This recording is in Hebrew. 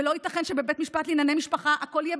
ולא ייתכן שבבית משפט לענייני משפחה הכול יהיה